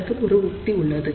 அதற்கு ஒரு உத்தி இருக்கிறது